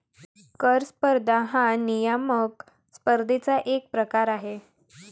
कर स्पर्धा हा नियामक स्पर्धेचा एक प्रकार आहे